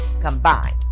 combined